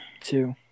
Two